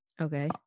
okay